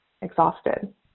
exhausted